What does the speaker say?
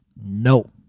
No